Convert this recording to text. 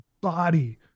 body